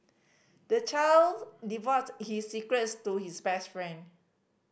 the child divulged his secrets to his best friend